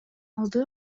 алды